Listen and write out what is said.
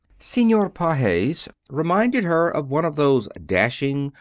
senor pages reminded her of one of those dashing,